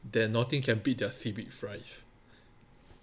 then nothing can beat their seaweed fries